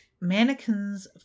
mannequins